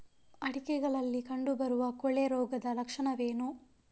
ಅಡಿಕೆಗಳಲ್ಲಿ ಕಂಡುಬರುವ ಕೊಳೆ ರೋಗದ ಲಕ್ಷಣವೇನು?